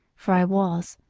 for i was.